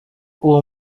uwo